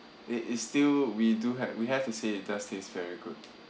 it is still we do have we have to say it does taste very good